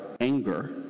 anger